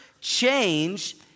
Change